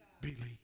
believe